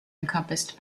encompassed